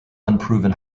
unproven